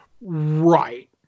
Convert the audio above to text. Right